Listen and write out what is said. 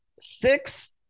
six